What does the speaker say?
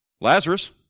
Lazarus